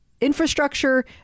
Infrastructure